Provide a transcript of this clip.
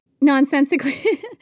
nonsensically